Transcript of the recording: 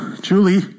Julie